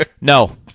No